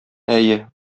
әйе